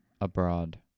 abroad